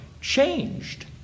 changed